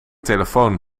telefoon